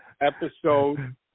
episode